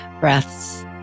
breaths